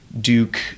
Duke